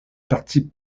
partie